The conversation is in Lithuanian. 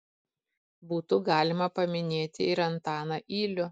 būtų galima paminėti ir antaną ylių